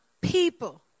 people